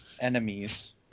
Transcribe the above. Enemies